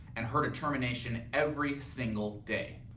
and her determination every single day.